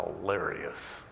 hilarious